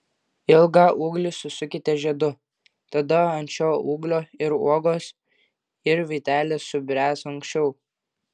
ilgą ūglį susukite žiedu tada ant šio ūglio ir uogos ir vytelės subręs anksčiau